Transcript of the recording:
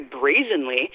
brazenly